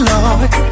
Lord